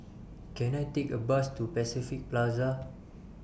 Can I Take A Bus to Pacific Plaza